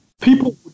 People